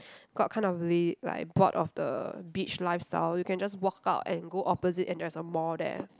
got kind of l~ like bored of the beach lifestyle you can just walk out and go opposite and there's a mall there